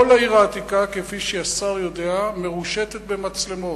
כל העיר העתיקה, כפי שהשר יודע, מרושתת במצלמות.